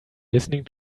listening